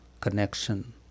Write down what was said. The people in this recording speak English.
connection